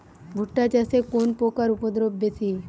ভুট্টা চাষে কোন পোকার উপদ্রব বেশি?